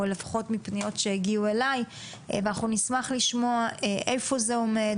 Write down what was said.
או לפחות מפניות שהגיעו אליי ואנחנו נשמח לשמוע איפה זה עומד,